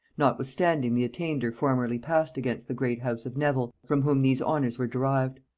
notwithstanding the attainder formerly passed against the great house of nevil, from whom these honors were derived.